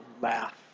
laugh